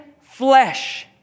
flesh